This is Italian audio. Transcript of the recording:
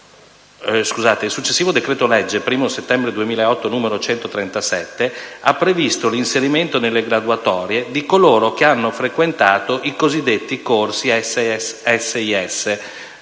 Il successivo decreto-legge 1° settembre 2008, n. 137, ha previsto l'inserimento nelle graduatorie di coloro che hanno frequentato i cosiddetti corsi SSIS